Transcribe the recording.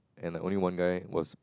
and like only one guy was